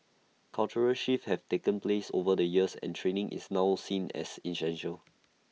cultural shifts have taken place over the years and training is now seen as essential